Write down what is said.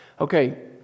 Okay